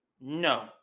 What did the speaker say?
No